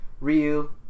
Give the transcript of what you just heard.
ryu